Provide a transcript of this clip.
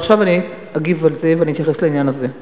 אז עכשיו אני אגיב על זה ואני אתייחס לעניין הזה.